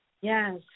Yes